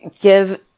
give